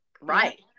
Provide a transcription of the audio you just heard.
Right